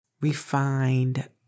refined